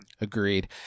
Agreed